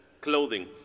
clothing